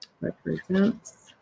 represents